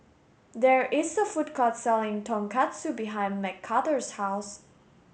there is a food court selling Tonkatsu behind Mcarthur's house